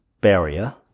barrier